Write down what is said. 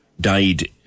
died